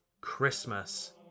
Christmas